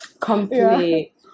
complete